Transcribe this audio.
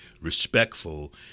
respectful